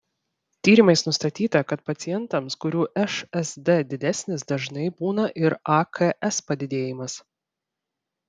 tyrimais nustatyta kad pacientams kurių šsd didesnis dažnai būna ir aks padidėjimas